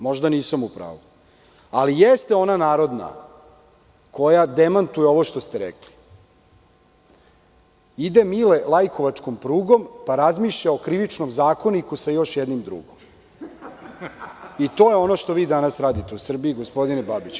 Možda nisam u pravu, ali jeste ona narodna koja demantuje ovo što ste rekli – „ide Mile Lajkovačkom prugom pa razmišlja o Krivičnom zakoniku sa još jednim drugom“ i to je ono što vi danas radite u Srbiji, gospodine Babiću.